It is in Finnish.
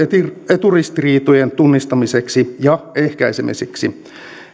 eturistiriitojen tunnistamiseksi ja ehkäisemiseksi